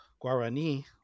Guarani